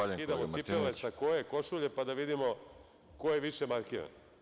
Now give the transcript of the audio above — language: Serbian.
Da skidamo cipele, sakoe, košulje, pa da vidimo ko je više markiran?